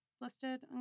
listed